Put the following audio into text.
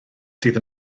sydd